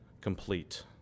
complete